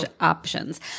options